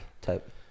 type